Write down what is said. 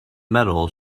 metal